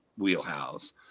wheelhouse